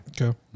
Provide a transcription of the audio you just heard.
okay